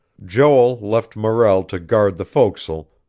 joel left morrell to guard the fo'c's'le,